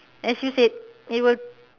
as you said it will